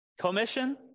commission